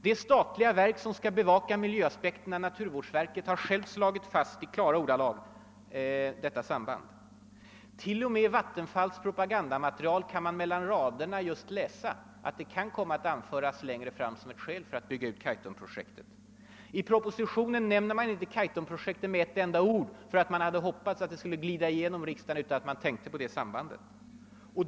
Det statliga verk som skall bevaka miljöaspekterna, naturvårdsverket, har i klara ordalag självt slagit fast detta samband. T. o. m. i Vattenfalls propagandamaterial kan man läsa mellan raderna, att Ritsem längre fram kan komma att anföras som ett skäl för utbyggnad av Kaitum. I propositionen nämns inte Kaitumprojektet med ett enda ord — man hade hoppats att den skulle glida igenom i riksdagen utan att någon tänkte på sambandet.